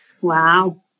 Wow